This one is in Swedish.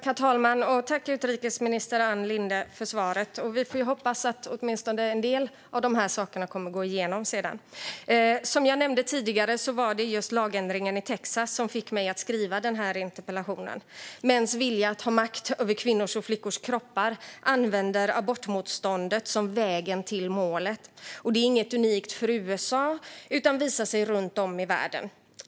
Herr talman! Jag tackar utrikesminister Ann Linde för svaret. Vi får hoppas att åtminstone en del av detta går igenom. Som jag nämnde tidigare var det lagändringen i Texas som fick mig att skriva denna interpellation. Mäns vilja att ha makt över kvinnors och flickors kroppar använder abortmotståndet som vägen till målet. Det är inget unikt för USA utan visar sig runt om i världen.